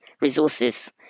resources